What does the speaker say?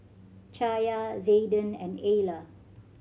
Chaya Zaiden and Ayla